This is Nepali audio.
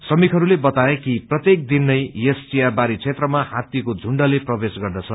श्रकमकहस्ले बताए कि प्रत्येक दिन नै यस वियाबारी क्षेत्रमा हात्तीको स्रुण्डले प्रवेश गर्दछ